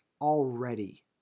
already